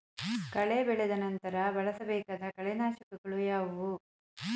ಕಳೆ ಬೆಳೆದ ನಂತರ ಬಳಸಬೇಕಾದ ಕಳೆನಾಶಕಗಳು ಯಾವುವು?